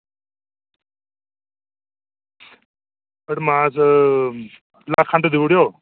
पर अडवांस लक्ख खंड देई ओड़ेओ